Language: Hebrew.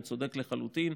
והוא צודק לחלוטין.